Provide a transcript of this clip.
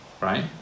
right